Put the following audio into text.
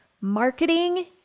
marketing